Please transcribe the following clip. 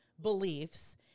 beliefs